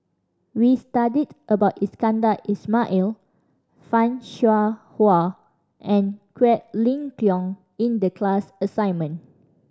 we studied about Iskandar Ismail Fan Shao Hua and Quek Ling Kiong in the class assignment